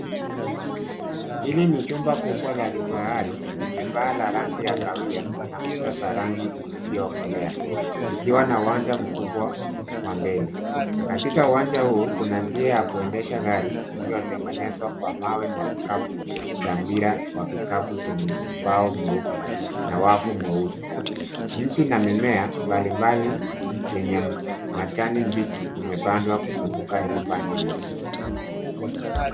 Hili ni jumba kubwa la kifahari lenye paa la rangi ya kahawia na kuta za rangi isiyokolea ikiwa na uwanja mkubwa wa mbele. Katika uwanja huu kuna njia ya kuendesha gari iliyotengenezwa kwa mawe na vikapu cha mpira wa kikapu chenye ubao mweupe na wavu mweusi. Mti na mimea mbalimbali yenye majani mbichi imepandwa kuzunguka nyumba hilo.